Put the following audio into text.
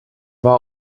war